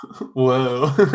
Whoa